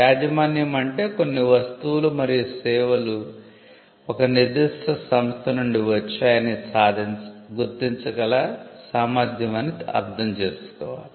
యాజమాన్యం అంటే కొన్ని వస్తువులు మరియు సేవలు ఒక నిర్దిష్ట సంస్థ నుండి వచ్చాయి అని గుర్తించగల సామర్ధ్యం అని అర్థం చేసుకోవాలి